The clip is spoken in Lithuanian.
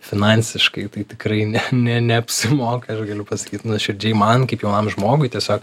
finansiškai tai tikrai ne neapsimoka aš galiu pasakyt nuoširdžiai man kaip jaunam žmogui tiesiog